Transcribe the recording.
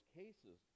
cases